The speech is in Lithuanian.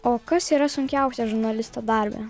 o kas yra sunkiausia žurnalisto darbe